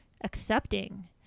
accepting